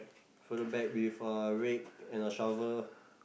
further back with a red and a shovel